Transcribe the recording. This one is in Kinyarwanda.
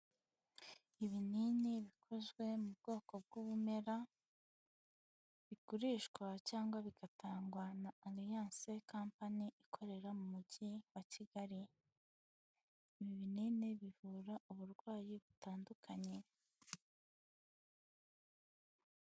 Ibinini bikozwe mu bwoko bw'ubumera, bigurishwa cyangwa bigatangwa na aliance kampani ikorera mu Mujyi wa Kigali, ibinini bivura uburwayi butandukanye.